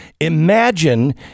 Imagine